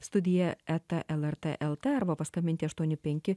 studiją eta lrt lt arba paskambinti aštuoni penki